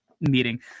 meeting